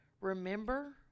remember